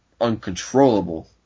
uncontrollable